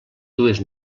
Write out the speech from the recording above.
dues